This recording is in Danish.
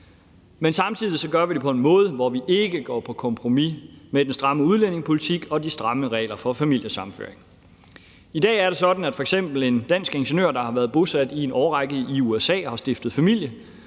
Men samtidig gør vi det på en måde, hvor vi ikke går på kompromis med den stramme udlændingepolitik og de stramme regler for familiesammenføring. I dag er det sådan, at f.eks. en dansk ingeniør, der har været bosat i en årrække i USA og har stiftet familie